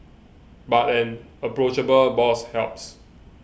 but an approachable boss helps